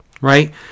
right